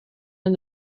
and